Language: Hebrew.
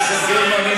חברת כנסת גרמן,